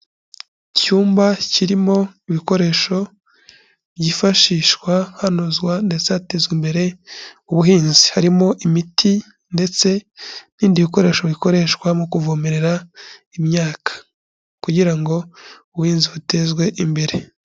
Icyumba kirimo ibikoresho byifashishwa hanozwa ndetse hatezwa imbere ubuhinzi, harimo imiti ndetse n'ibindi bikoresho bikoreshwa mu kuvomerera imyaka kugira ngo ubuhinzi butezwe imbere.